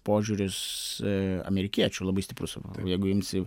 požiūris amerikiečių labai stiprus jeigu imsi